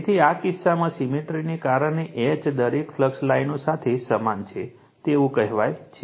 તેથી આ કિસ્સામાં સિમેટ્રીને કારણે H દરેક ફ્લક્સ લાઇનો સાથે સમાન છે તેવું કહેવાય છે